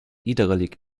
hydrauliques